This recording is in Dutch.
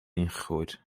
ingegooid